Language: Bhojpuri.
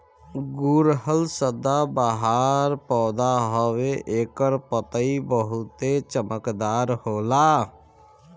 गुड़हल सदाबाहर पौधा हवे एकर पतइ बहुते चमकदार होला